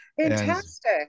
Fantastic